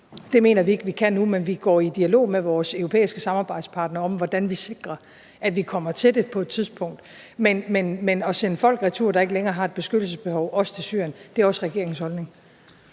det mener vi ikke vi kan nu, men vi går i dialog med vores europæiske samarbejdspartnere om, hvordan vi sikrer, at vi på et tidspunkt kommer til det. Men at sende folk retur, der ikke længere har et beskyttelsesbehov, også til Syrien, er det også regeringens holdning